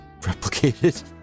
replicated